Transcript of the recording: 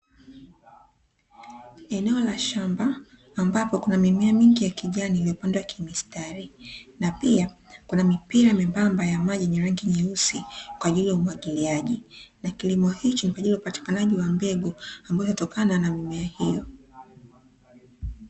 Eneo la shamba ambapo kuna mimea mingi ya kijani imepandwa kimistari, na pia kuna mipira myembamba ya maji yenye rangi nyeusi kwa ajili ya umwagiliaji na kilimo hicho ni kwa ajili ya upatikanaji wa mbegu ambayo inatokana na mimea hiyo.